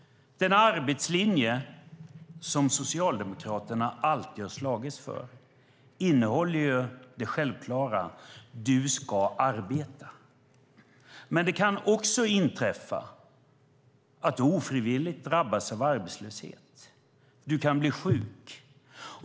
Den arbetslinje som Socialdemokraterna alltid har slagits för innehåller det självklara: Du ska arbeta. Men det kan också inträffa att du ofrivilligt drabbas av arbetslöshet. Du kan bli sjuk.